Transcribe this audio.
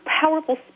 powerful